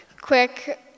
Quick